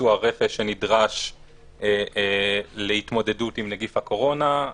לביצוע רכש שנדרש להתמודדות עם נגיף הקורונה.